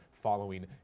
following